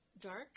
dark